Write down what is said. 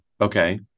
Okay